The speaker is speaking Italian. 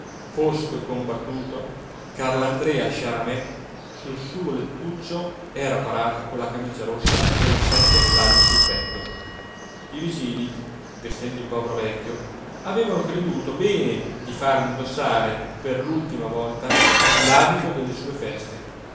fosco e combattuto carlandrea sciaramè sul suo lettuccio era parato con la camicia rossa e le sette medaglie sul petto i vicini vestendo il povero vecchio avevano creduto bene di fargli indossare per l'ultima volta l'abito delle sue feste